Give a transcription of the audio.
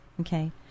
Okay